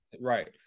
right